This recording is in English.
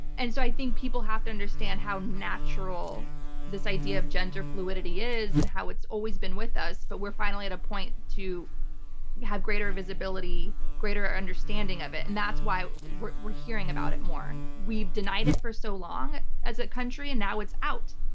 and so i think people have to understand how natural this idea of gender fluidity is and how it's always been with us, but we're finally at a point to have greater visibility, greater understanding of it, and hat's why we're we're hearing about it more. we've denied it for so long as a country, and now it's out,